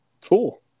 Cool